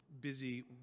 busy